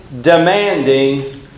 demanding